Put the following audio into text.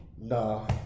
nah